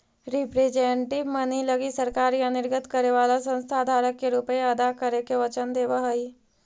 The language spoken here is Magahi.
रिप्रेजेंटेटिव मनी लगी सरकार या निर्गत करे वाला संस्था धारक के रुपए अदा करे के वचन देवऽ हई